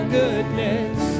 goodness